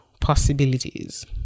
possibilities